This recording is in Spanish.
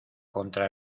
contra